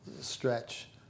stretch